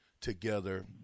together